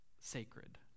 sacred